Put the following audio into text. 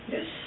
Yes